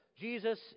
jesus